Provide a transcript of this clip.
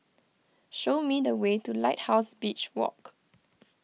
show me the way to Lighthouse Beach Walk